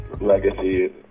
legacy